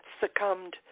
succumbed